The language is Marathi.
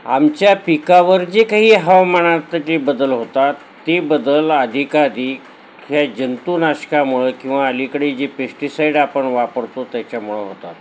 आमच्या पिकावर जे काही हवामानात जे बदल होतात ते बदल अधिकाधिक ह्या जंतुनाशकामुळे किंवा अलीकडे जे पेस्टीसाईड आपण वापरतो त्याच्यामुळे होतात